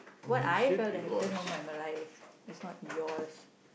what I felt the happiest moment of my life is not yours